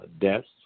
deaths